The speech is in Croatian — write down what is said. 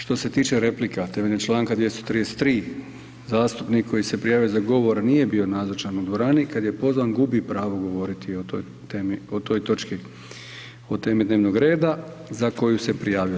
Što se tiče replika, temeljem članka 233. zastupnik koji se prijavio za govor nije bio nazočan u dvorani, kada je pozvan gubi pravo govoriti o toj točki, o temi dnevnog reda za koju se prijavio.